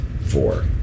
four